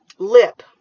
Lip